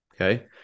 Okay